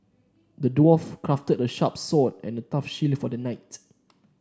the dwarf crafted a sharp sword and a tough shield for the knight